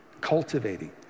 cultivating